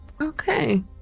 okay